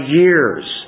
years